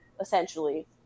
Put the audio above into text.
essentially